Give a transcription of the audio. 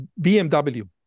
BMW